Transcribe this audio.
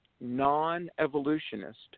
non-evolutionist